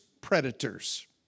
predators